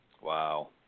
Wow